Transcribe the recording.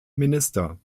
minister